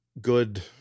Good